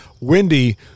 Wendy